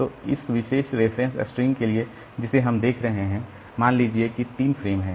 तो इस विशेष रेफरेंस स्ट्रिंग के लिए जिसे हम देख रहे हैं मान लीजिए कि 3 फ्रेम हैं